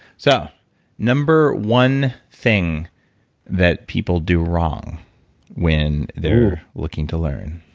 so number one thing that people do wrong when they're looking to learn